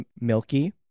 Milky